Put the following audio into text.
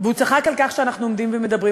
והוא צחק על כך שאנחנו עומדים ומדברים.